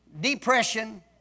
depression